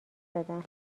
دادن